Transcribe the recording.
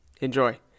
Enjoy